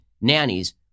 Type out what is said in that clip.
nannies